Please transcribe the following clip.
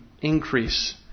increase